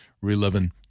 reliving